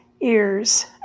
ears